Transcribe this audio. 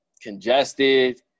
congested